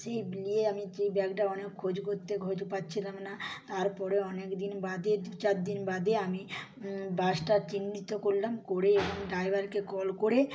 সেই নিয়ে আমি যে ব্যাগটা অনেক খোঁজ করতে খোঁজ পাচ্ছিলাম না তারপরে অনেকদিন বাদে দু চার দিন বাদে আমি বাসটা চিহ্নিত করলাম করে ডাইভারকে কল করে